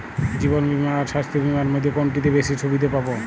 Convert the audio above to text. জীবন বীমা আর স্বাস্থ্য বীমার মধ্যে কোনটিতে বেশী সুবিধে পাব?